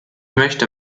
möchte